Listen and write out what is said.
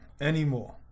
anymore